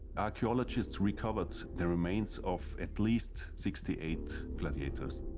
archaeologists recovered the remains of at least sixty eight gladiators.